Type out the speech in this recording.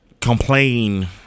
complain